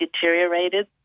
deteriorated